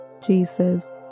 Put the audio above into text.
Jesus